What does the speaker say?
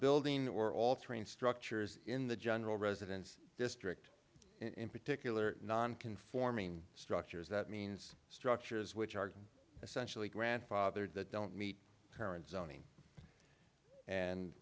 building or altering structures in the general residence district in particular non conforming structures that means structures which are essentially grandfathered that don't meet current